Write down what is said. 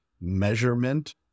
measurement